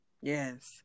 yes